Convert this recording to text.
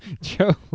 Joe